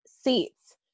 seats